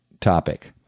topic